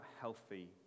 healthy